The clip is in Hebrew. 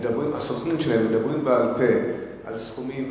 הסוכנים שלהן מדברים בעל-פה על סכומים,